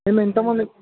మేము ఇంతక ముందు